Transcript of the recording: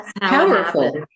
powerful